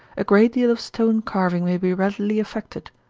a great deal of stone carving may be readily effected.